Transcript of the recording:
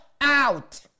out